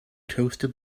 toasted